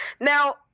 Now